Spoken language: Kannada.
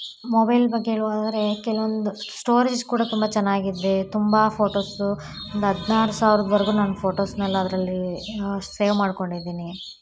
ಮೊಬೈಲ್ ಬಗ್ಗೆ ಹೇಳೋದಾದ್ರೆ ಕೆಲ್ವೊಂದು ಸ್ಟೋರೇಜ್ ಕೂಡ ತುಂಬ ಚೆನ್ನಾಗಿದೆ ತುಂಬ ಫೋಟೋಸ್ ಒಂದು ಹದಿನಾರು ಸಾವಿರದವರ್ಗೂ ನನ್ನ ಫೋಟೋಸ್ಸನೆಲ್ಲ ಅದರಲ್ಲಿ ಸೇವ್ ಮಾಡಿಕೊಂಡಿದ್ದೀನಿ